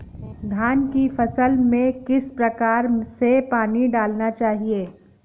धान की फसल में किस प्रकार से पानी डालना चाहिए?